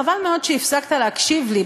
חבל מאוד שהפסקת להקשיב לי.